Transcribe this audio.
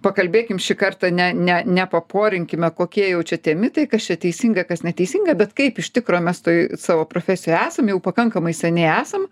pakalbėkim šį kartą ne ne ne paporinkime kokie jau čia tie mitai kas čia teisinga kas neteisinga bet kaip iš tikro mes toj savo profesijoj esam jau pakankamai seniai esam